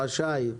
רשאי.